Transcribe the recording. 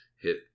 hit